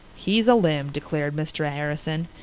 he's a limb, declared mr. harrison.